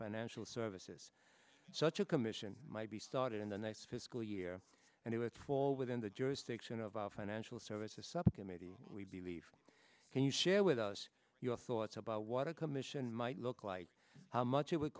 financial services such a commission might be started in the next fiscal year and it would fall within the jurisdiction of our financial services subcommittee we believe can you share with us your thoughts about what a commission might look like how much it would